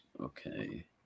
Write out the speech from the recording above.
okay